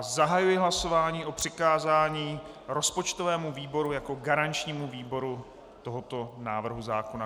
Zahajuji hlasování o přikázání rozpočtovému výboru jako garančnímu výboru tohoto návrhu zákona.